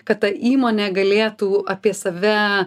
kad ta įmonė galėtų apie save